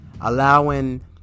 allowing